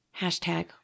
Hashtag